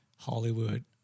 Hollywood